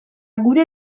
gure